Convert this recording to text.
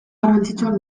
garrantzitsuak